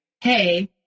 hey